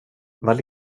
vad